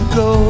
go